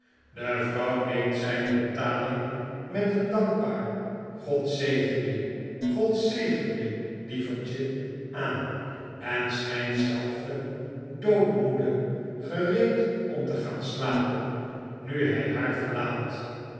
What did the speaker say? de vrouw neemt zyne betaling met een dankbaar god zegen je god zegen je lievertje aan en schynt zelve dood moede gereed om te gaan slapen nu hy haar verlaat